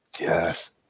Yes